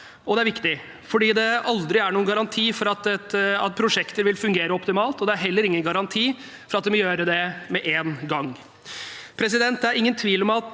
det er viktig, for det er aldri noen garanti for at prosjekter vil fungere optimalt, og det er heller ingen garanti for at de vil gjøre det med en gang.